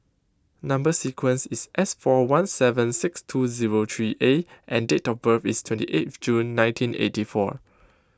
Number Sequence is S four one seven six two zero three A and date of birth is twenty eighth June nineteen eighty four